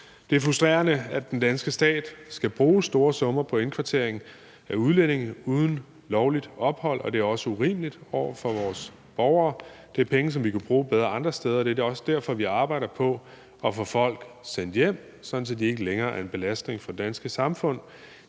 Det er frustrerende, at den danske stat skal bruge store summer på indkvartering af udlændinge uden lovligt ophold, og det er også urimeligt over for vores borgere. Det er penge, som vi kunne bruge bedre andre steder, og det er også derfor, at vi arbejder på at få folk sendt hjem, sådan at de ikke længere er en belastning for det danske samfund.